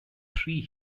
three